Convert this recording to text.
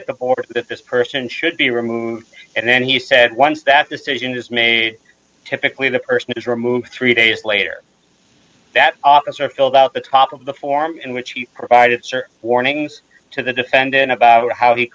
order that this person should be removed and then he said once that decision is made typically the person is removed three days later that officer filled out the top of the form in which he provided certain warnings to the defendant about how he